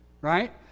right